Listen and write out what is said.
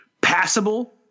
passable